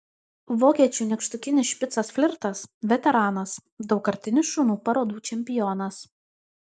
vokiečių nykštukinis špicas flirtas veteranas daugkartinis šunų parodų čempionas